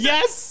Yes